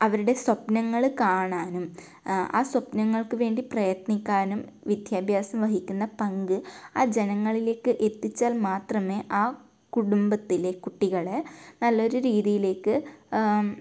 അവരുടെ സ്വപ്നങ്ങൾ കാണാനും ആ സ്വപ്നങ്ങൾക്ക് വേണ്ടി പ്രയത്നിക്കാനും വിദ്യാഭ്യാസം വഹിക്കുന്ന പങ്ക് ആ ജനങ്ങളിലേക്ക് എത്തിച്ചാൽ മാത്രമേ ആ കുടുംബത്തിലെ കുട്ടികളെ നല്ലൊരു രീതിയിലേക്ക്